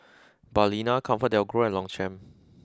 Balina ComfortDelGro and Longchamp